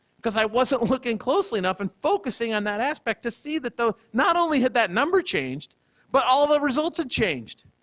because i wasn't looking closely enough and focusing on that aspect to see that the not only had that number changed but all of the results had changed.